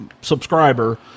subscriber